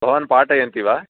भवान् पाठयन्ति वा